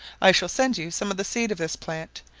i shall send you some of the seed of this plant,